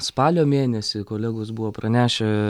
spalio mėnesį kolegos buvo pranešę